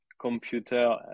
computer